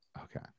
Okay